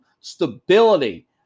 stability